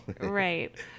Right